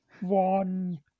one